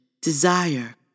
desire